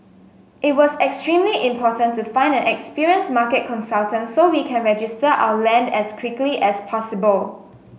it was extremely important to find an experienced market consultant so we can register our land as quickly as possible